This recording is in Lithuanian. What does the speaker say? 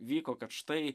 vyko kad štai